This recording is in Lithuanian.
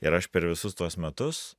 ir aš per visus tuos metus